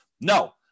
No